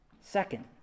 Second